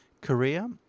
Korea